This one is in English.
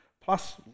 plus